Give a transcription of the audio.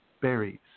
berries